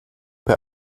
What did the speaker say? bei